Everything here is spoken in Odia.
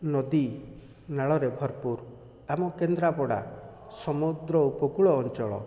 ନଦୀ ନାଳରେ ଭରପୂର ଆମ କେନ୍ଦ୍ରାପଡ଼ା ସମୁଦ୍ର ଉପକୂଳ ଅଞ୍ଚଳ